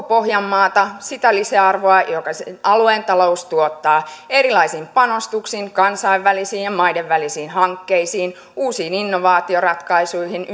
pohjanmaata sitä lisäarvoa jonka alueen talous tuottaa erilaisin panostuksin kansainvälisiin ja maiden välisiin hankkeisiin uusiin innovaatioratkaisuihin